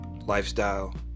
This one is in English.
lifestyle